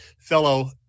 fellow